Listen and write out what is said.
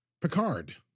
Picard